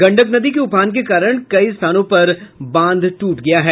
गंडक नदी के उफान के कारण कई स्थानों पर बांध ट्रट गया है